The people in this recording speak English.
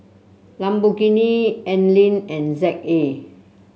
Lamborghini Anlene and Z A